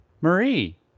Marie